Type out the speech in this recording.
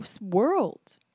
world